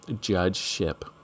judgeship